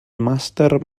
màster